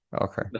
okay